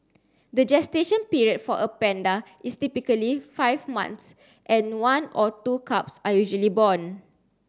the gestation period for a panda is typically five months and one or two cubs are usually born